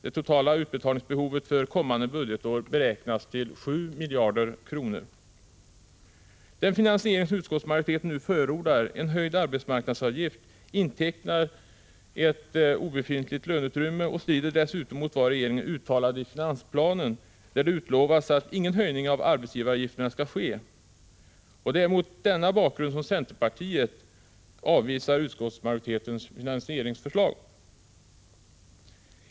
Det totala utbetalningsbehovet för kommande budgetår beräknas uppgå till 7 miljarder. Den finansiering som utskottsmajoriteten nu förordar — en höjning av arbetsmarknadsavgiften — intecknar ett obefintligt löneutrymme och strider dessutom mot vad regeringen uttalade i finansplanen, där det utlovades att ingen höjning av arbetsgivaravgifterna skulle ske. Det är mot denna bakgrund som centerpartiet avvisar utskottsmajoritetens finansieringsförslag.